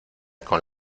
con